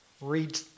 read